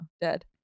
dead